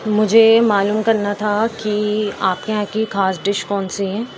مجھے معلوم کرنا تھا کہ آپ کے یہاں کی کھاس ڈش کون سی ہے